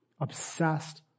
obsessed